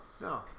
No